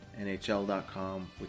nhl.com